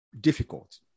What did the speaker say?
difficult